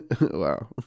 Wow